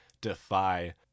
defy